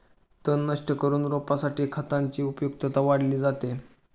तण नष्ट करून रोपासाठी खतांची उपयुक्तता वाढवली जाते